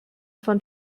von